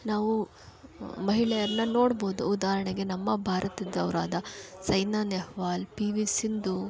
ನಾವು ಮಹಿಳೆಯರನ್ನ ನೋಡ್ಬೋದು ಉದಾಹರಣೆಗೆ ನಮ್ಮ ಭಾರತದವರಾದ ಸೈನಾ ನೆಹ್ವಾಲ್ ಪಿ ವಿ ಸಿಂಧು